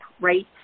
right